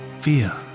fear